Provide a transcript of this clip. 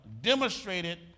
demonstrated